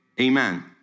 Amen